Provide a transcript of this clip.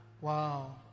Wow